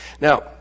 Now